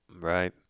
right